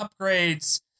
upgrades